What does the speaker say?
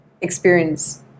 experience